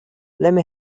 lemme